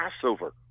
Passover